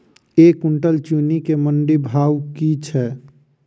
एक कुनटल चीनी केँ मंडी भाउ की छै?